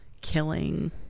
killing